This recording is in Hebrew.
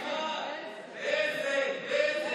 בֶּזֶק.